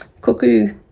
Cuckoo